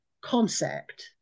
concept